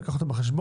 ניקח אותם בחשבון.